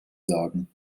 sagen